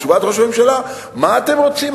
תשובת ראש הממשלה: מה אתם רוצים?